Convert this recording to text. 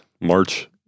March